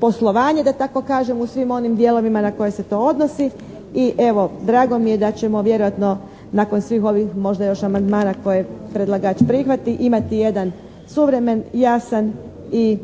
poslovanje da tako kažem u svim onim dijelovima na koje se to odnosi i evo drago mi je da ćemo vjerojatno nakon svih ovih možda još amandmana koje predlagač prihvati imati jedan suvremen, jasan i